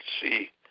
see